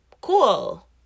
cool